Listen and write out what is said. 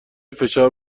فشار